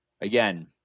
again